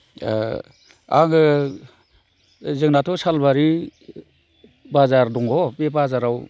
आङो जोंनाथ' सालबारि बाजार दङ बे बाजाराव